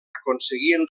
aconseguien